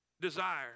desire